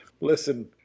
Listen